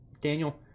daniel